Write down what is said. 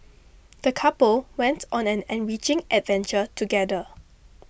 the couple went on an enriching adventure together